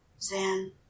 Zan